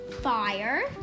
fire